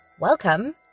Welcome